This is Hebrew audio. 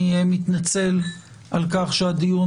אני מתנצל על כך שהדיון